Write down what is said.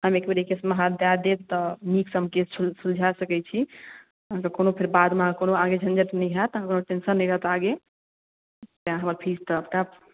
हम एक बेर ई केसमे हाथ दए देब तऽ नीकसँ हम केस सुलझा सकै छी अहाँकेँ कोनो फेर बादमे अहाँकेँ कोनो आगे झञ्झट नहि हैत अहाँके कोनो टेंशन नहि रहत आगे तैँ हमर फीस